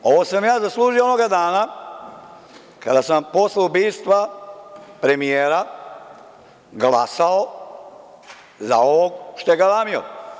Ovo sam ja zaslužio onoga dana kada sam posle ubistva premijera glasao za ovog što je galamio.